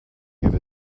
give